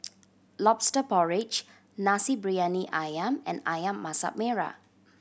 Lobster Porridge Nasi Briyani Ayam and Ayam Masak Merah